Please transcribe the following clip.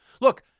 Look